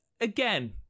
again